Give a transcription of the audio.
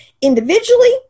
individually